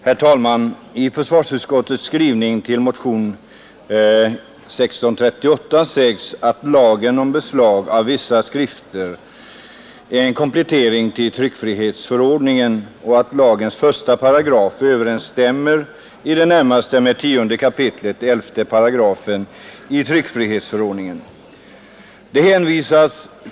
Herr talman! I försvarsutskottets skrivning i anledning av motionen 1638 säger utskottet följande: ”Lagen om beslag å vissa skrifter är en komplettering till tryckfrihetsförordningen. Innehållet i lagens första paragraf överensstämmer i det närmaste med 10 kap. 11 § i tryckfrihetsförordningen.